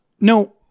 no